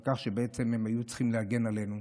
על כך שבעצם הם היו צריכים להגן עלינו.